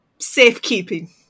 safekeeping